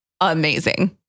amazing